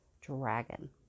Dragon